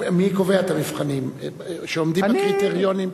מי קובע את המבחנים, שעומדים בקריטריונים?